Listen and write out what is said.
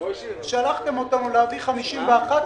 שלחתם אותנו להביא 51,